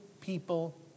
people